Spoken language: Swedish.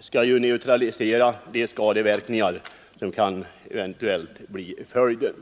skall ju neutralisera de skadeverkningar som eventuellt kan bli följden.